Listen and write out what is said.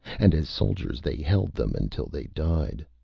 and as soldiers they held them until they died.